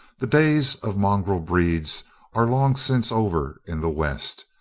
the days of mongrel breeds are long since over in the west.